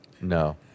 No